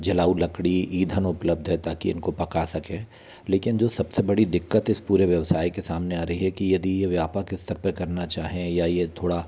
जलाऊ लकड़ी ईधन उपलब्ध है ताकि इनको पका सके लेकिन जो सबसे बड़ी दिक्कत इस पूरे व्यवसाय के सामने आ रही है कि यदि ये व्यापक स्तर पर करना चाहें या ये थोड़ा